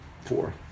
four